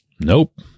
Nope